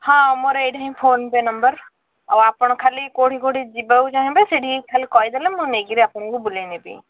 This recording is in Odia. ହଁ ମୋର ଏଇଟା ହିଁ ଫୋନପେ ନମ୍ବର ଆଉ ଆପଣ ଖାଲି କେଉଁଠି କେଉଁଠି ଯିବାକୁ ଚାହିଁବେ ସେଇଠି ଖାଲି କହିଦେଲେ ମୁଁ ନେଇକିରି ଆପଣଙ୍କୁ ବୁଲାଇ ନେବି